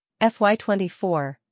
FY24